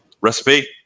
recipe